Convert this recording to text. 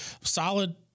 solid